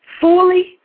fully